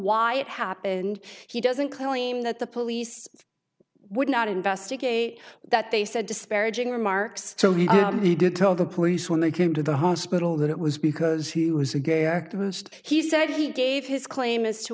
why it happened he doesn't claim that the police would not investigate that they said disparaging remarks so he did tell the police when they came to the hospital that it was because he said he gave his claim as to